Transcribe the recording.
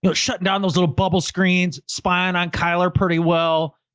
you know shutting down those little bubble screens, spying on kyler, pretty well,